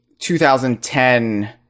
2010